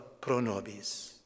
Pronobis